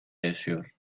yaşıyor